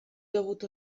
dowód